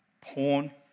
Porn